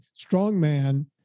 strongman